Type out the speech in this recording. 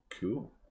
Cool